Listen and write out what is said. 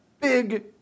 big